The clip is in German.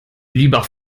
lieber